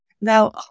now